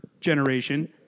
generation